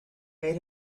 made